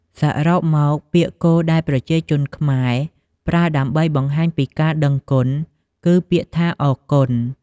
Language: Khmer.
សរុបមកពាក្យគោលដែលប្រជាជនខ្មែរប្រើដើម្បីបង្ហាញពីការដឹងគុណ គឺពាក្យថា អរគុណ។